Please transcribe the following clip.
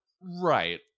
right